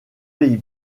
pays